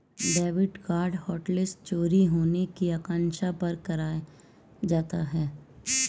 debit card hotlist चोरी होने की आशंका पर कराया जाता है